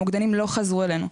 המוקדנים לא חזרו אלינו.